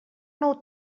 nou